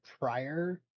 prior